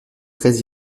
très